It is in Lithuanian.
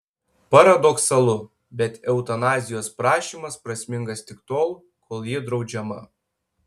paradoksalu bet eutanazijos prašymas prasmingas tik tol kol ji draudžiama